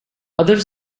other